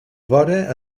vora